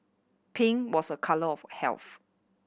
pink was a colour of health